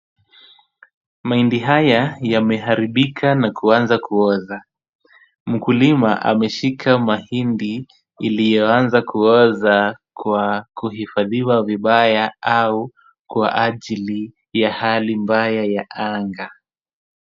Mahindi haya yameharibika na kuanza kuoza. Mkulima ameshika mahindi iliyoanza kuoza kwa kuhifadhiwa vibaya au kwa ajili ya hali mbaya ya anga.